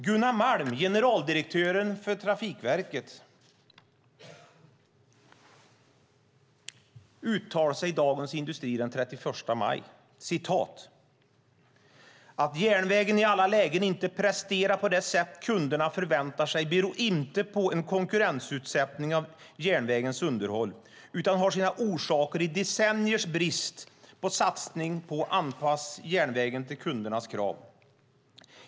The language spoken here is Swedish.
Gunnar Malm, generaldirektören i Trafikverket, uttalade sig i Dagens Industri den 29 maj: "Att järnvägen i alla lägen inte presterar på det sätt kunderna förväntar sig beror inte på en konkurrensutsättning av järnvägens underhåll, utan har sina orsaker i decenniers brist på satsningar på att anpassa järnvägen till kundernas krav.